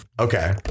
okay